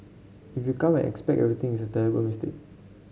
if you come and expect everything it's a terrible mistake